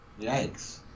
Yikes